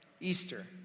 Easter